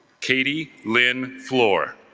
katie lynn floor